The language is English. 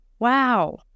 Wow